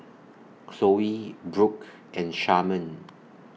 Khloe Brook and Sharman